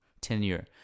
tenure